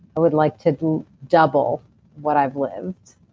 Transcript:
i would like to double what i've lived.